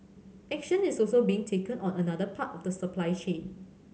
action is also being taken on another part of the supply chain